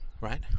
Right